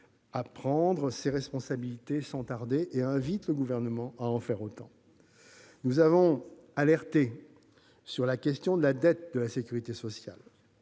à prendre ses responsabilités sans tarder, et le Gouvernement à en faire autant. Nous avons alerté sur la question de la dette de la sécurité sociale.